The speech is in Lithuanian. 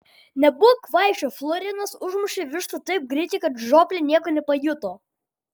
nebūk kvaiša florinas užmušė vištą taip greitai kad žioplė nieko nepajuto